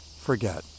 forget